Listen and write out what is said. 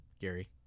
Gary